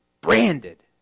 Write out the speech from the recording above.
branded